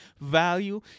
value